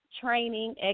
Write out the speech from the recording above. training